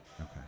Okay